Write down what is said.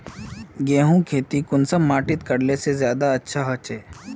गेहूँर खेती कुंसम माटित करले से ज्यादा अच्छा हाचे?